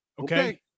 okay